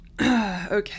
Okay